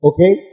Okay